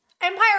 Empire